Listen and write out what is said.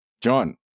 John